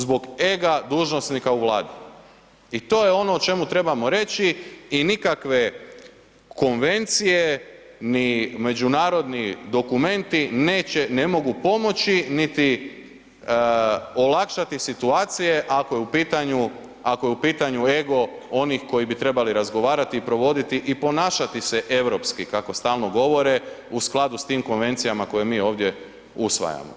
Zbog ega dužnosnika u Vladi i to je ono o čemu trebamo reći i nikakve konvencije ni međunarodni dokumenti neće, ne mogu pomoći niti olakšati situacije ako je u pitanju ego onih koji bi trebali razgovarati, provoditi i ponašati se europski kako stalno govore u skladu s tim konvencijama koje mi ovdje usvajamo.